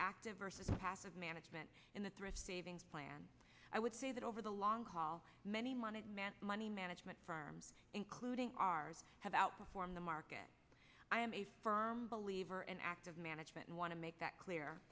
active versus the path of management in the thrift savings plan i would say that over the long haul many money money management firms including ours have outperformed the market i am a firm believer in active management and want to make that clear